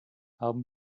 haben